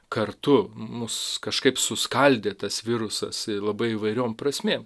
kartu mus kažkaip suskaldė tas virusas ir labai įvairiom prasmėm